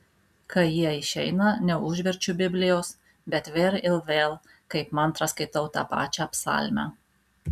kai jie išeina neužverčiu biblijos bet vėl ir vėl kaip mantrą skaitau tą pačią psalmę